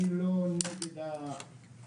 אני לא דואג רק למרכז,